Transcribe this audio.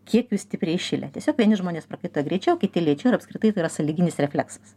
kiek jūs stipriai įšilę tiesiog vieni žmonės prakaituoja greičiau kiti lėčiau ir apskritai tai yra sąlyginis refleksas